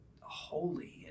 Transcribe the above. holy